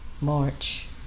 March